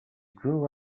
grew